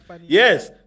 Yes